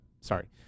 sorry